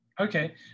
Okay